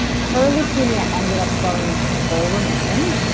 her leukemia ended up going into full remission.